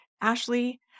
Ashley